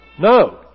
No